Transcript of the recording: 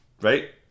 right